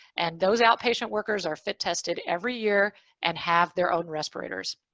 and those outpatient workers are fit tested every year and have their own respirators.